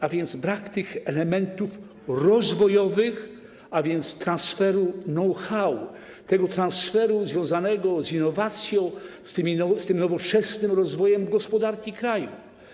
A więc brak tych elementów rozwojowych, czyli transferu know-how, tego transferu związanego z innowacją, z tym nowoczesnym rozwojem gospodarki kraju.